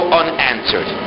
unanswered